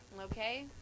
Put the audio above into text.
Okay